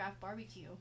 Barbecue